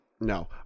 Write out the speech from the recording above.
No